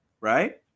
Right